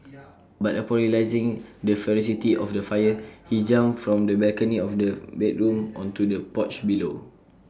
but upon realising the ferocity of the fire he jumped from the balcony of the bedroom onto the porch below